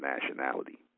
nationality